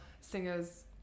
singers